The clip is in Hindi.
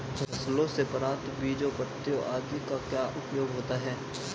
फसलों से प्राप्त बीजों पत्तियों आदि का क्या उपयोग होता है?